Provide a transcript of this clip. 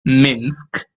minsk